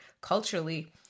culturally